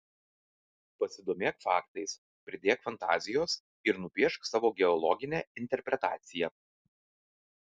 pasidomėk faktais pridėk fantazijos ir nupiešk savo geologinę interpretaciją